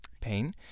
pain